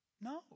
No